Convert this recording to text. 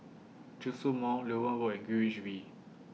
Djitsun Mall Loewen Road and Greenwich V